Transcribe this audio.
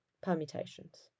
permutations